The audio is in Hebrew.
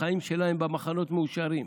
החיים שלהם במחנות מאושרים.